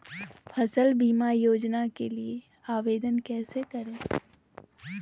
फसल बीमा योजना के लिए आवेदन कैसे करें?